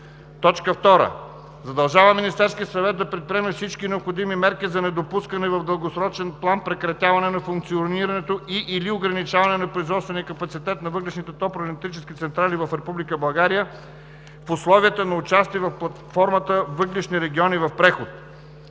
2. Задължава Министерския съвет да предприеме всички необходими мерки за недопускане в дългосрочен план прекратяване на функционирането и/или ограничаване на производствения капацитет на въглищните топлоелектрически централи в Република България в условията на участие в платформата „Въглищни региони в преход“.